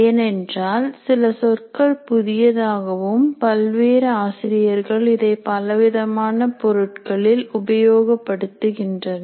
ஏனென்றால் சில சொற்கள் புதியதாகவும் பல்வேறு ஆசிரியர்கள் இதை பலவிதமான பொருட்களில் உபயோகப்படுத்துகின்றனர்